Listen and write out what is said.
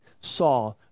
saw